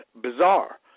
bizarre